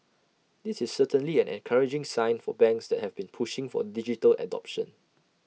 this is certainly an encouraging sign for banks that have been pushing for digital adoption